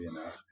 enough